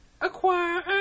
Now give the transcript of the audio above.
acquire